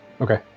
okay